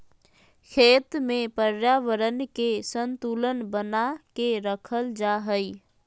खेत में पर्यावरण के संतुलन बना के रखल जा हइ